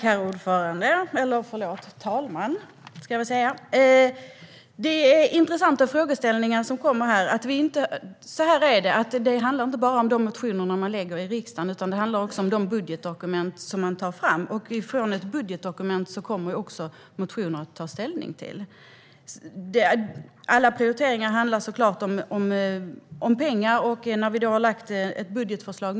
Herr talman! Det är intressanta frågeställningar. Så här är det: Det handlar inte bara om de motioner man väcker i riksdagen, utan det handlar också om de budgetdokument som man tar fram. Från ett budgetdokument kommer det motioner att ta ställning till. Alla prioriteringar handlar såklart om pengar. Vi har lagt fram ett budgetförslag.